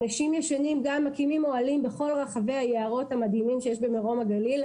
אנשים גם מקימים אוהלים בכל רחבי היערות המדהימים שיש במרום הגליל,